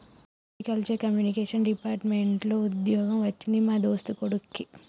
agriculture communication department లో వుద్యోగం వచ్చింది మా దోస్తు కొడిక్కి